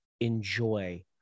enjoy